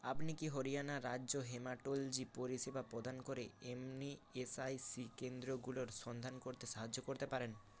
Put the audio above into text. আপনি কি হরিয়ানা রাজ্য হেমাটোলজি পরিষেবা প্রদান করে এমনি ইএসআইসি কেন্দ্রগুলোর সন্ধান করতে সাহায্য করতে পারেন